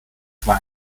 zwar